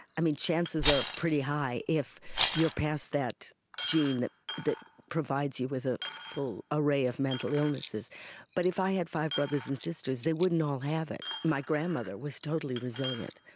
i mean, chances are pretty high if you're passed that gene that that provides you with a full array of mental illnesses but if i had five brothers and sisters, they wouldn't all have it. my grandmother was totally resilient.